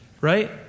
Right